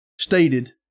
stated